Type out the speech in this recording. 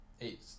Eight